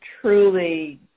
truly